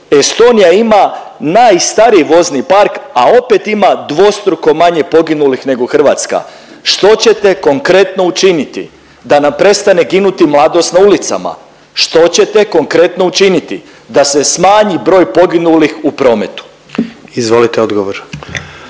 Estonija ima najstariji vozni park, a opet ima dvostruko manje poginulih nego Hrvatska. Što ćete konkretno učiniti da nam prestane ginuti mladost na ulicama? Što ćete konkretno učiniti da se smanji broj poginulih u prometu? **Jandroković,